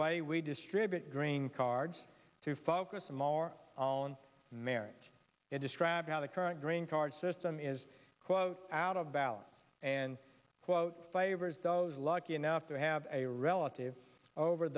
way we distribute green cards to focus more on marriage and described how the current green card system is quote out of balance and quote favors those lucky enough to have a relative over